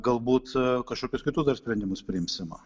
galbūt kažkokius kitus dar sprendimus priimsim